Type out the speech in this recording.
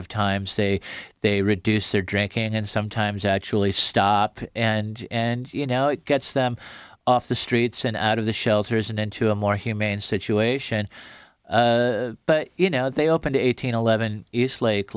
of times say they reduce their drinking and sometimes actually stop and and you know it gets them off the streets and out of the shelters and into a more humane situation but you know they opened eighteen eleven eastlake